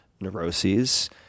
neuroses